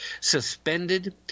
suspended